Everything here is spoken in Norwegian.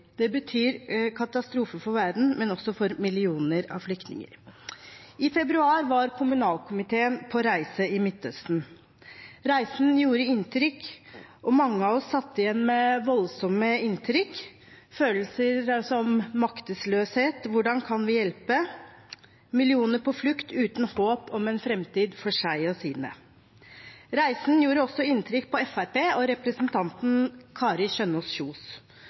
Det betyr katastrofe for verden og for millioner av flyktninger. I februar var kommunalkomiteen på reise i Midtøsten. Reisen gjorde inntrykk, mange av oss satt igjen med voldsomme inntrykk og følelser som maktesløshet – hvordan kan vi hjelpe millioner på flukt uten håp om en framtid for seg og sine? Reisen gjorde også inntrykk på Fremskrittspartiet og representanten Kari Kjønaas Kjos.